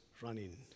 running